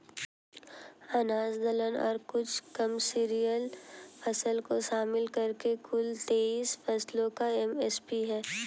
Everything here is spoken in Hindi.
अनाज दलहन और कुछ कमर्शियल फसल को शामिल करके कुल तेईस फसलों का एम.एस.पी है